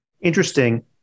Interesting